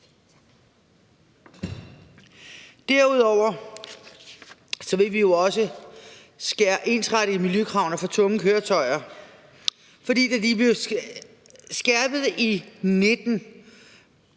Derudover vil vi jo også ensrette miljøkravene for tunge køretøjer. For da de blev skærpet i 2019,